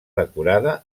decorada